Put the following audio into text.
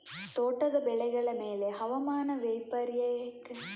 ತೋಟದ ಬೆಳೆಗಳ ಮೇಲೆ ಹವಾಮಾನ ವೈಪರೀತ್ಯದ ಪರಿಣಾಮಗಳು ಯಾವುವು?